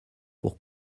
pour